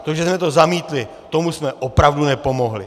To, že jsme to zamítli, tomu jsme opravdu nepomohli!